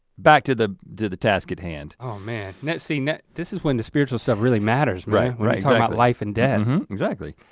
back to the to the task at hand. oh man! never seen it, this is when the spiritual stuff really matters, right? right. it's about life and death. exactly.